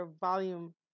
volume